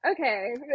Okay